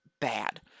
bad